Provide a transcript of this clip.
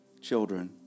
children